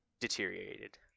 deteriorated